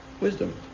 wisdom